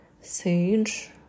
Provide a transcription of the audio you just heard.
sage